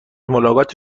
ملاقات